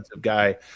guy